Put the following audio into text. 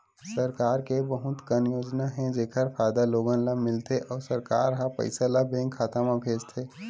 सरकार के बहुत कन योजना हे जेखर फायदा लोगन ल मिलथे अउ सरकार ह पइसा ल बेंक खाता म भेजथे